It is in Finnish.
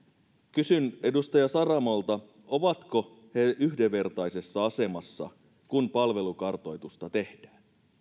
kysyn edustaja saramolta ovatko he yhdenvertaisessa asemassa kun palvelukartoitusta tehdään